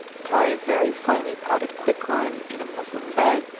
tie very finely powdered quick lime in a muslin bag,